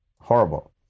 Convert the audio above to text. horrible